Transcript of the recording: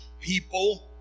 people